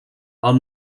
also